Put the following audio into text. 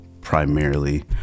primarily